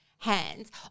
Hands